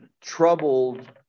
troubled